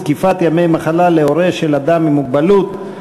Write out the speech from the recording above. זקיפת ימי מחלה להורה של אדם עם מוגבלות),